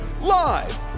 live